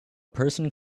person